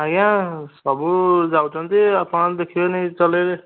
ଆଜ୍ଞା ସବୁ ଯାଉଛନ୍ତି ଆପଣ ଦେଖିବେନି ଚଲେଇବେ